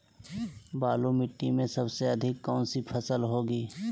बालू मिट्टी में सबसे अधिक कौन सी फसल होगी?